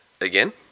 again